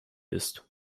ist